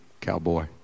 cowboy